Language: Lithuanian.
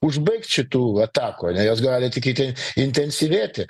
užbaigt šitų atakų ane jos gali tik iti intensyvėti